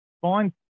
find